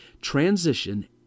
Transition